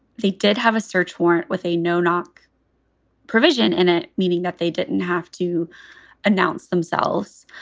they did have a search warrant with a no knock provision in it, meaning that they didn't have to announce themselves.